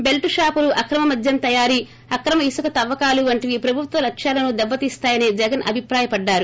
బెల్టుషాపులు అక్రమ మద్యం తయారీ అక్రమ ఇసుక తవ్వకాలు వంటివి ప్రబుత్వ లక్షాలను దెబ్బతీస్తాయని జగన్ అభిప్రాయపడ్డారు